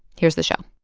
here's the show